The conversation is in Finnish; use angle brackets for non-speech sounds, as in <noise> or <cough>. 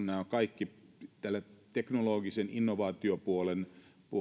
<unintelligible> nämä ovat kaikki teknologisen innovaatiopuolen